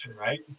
right